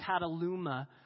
cataluma